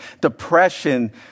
depression